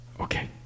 okay